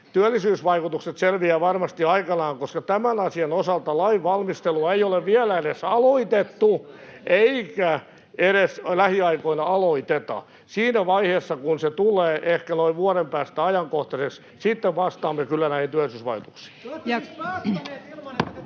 työllisyysvaikutukset selviävät varmasti aikanaan, koska tämän asian osalta lainvalmistelua ei ole vielä edes aloitettu eikä edes lähiaikoina aloiteta. Siinä vaiheessa, kun se tulee ajankohtaiseksi, ehkä noin vuoden päästä, sitten vastaamme kyllä näihin työllisyysvaikutuksiin.